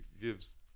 gives